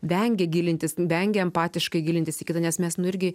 vengia gilintis vengia empatiškai gilintis į kitą nes mes nu irgi